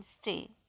stay